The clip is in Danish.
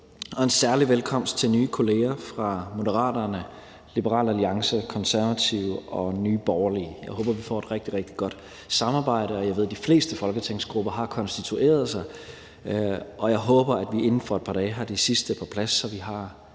Og en særlig velkomst til vores nye kolleger fra Moderaterne, Liberal Alliance, Konservative og Nye Borgerlige. Jeg håber, vi får et rigtig, rigtig godt samarbejde, og jeg ved, at de fleste folketingsgrupper har konstitueret sig, og jeg håber, at vi inden for et par dage har de sidste på plads, så vi har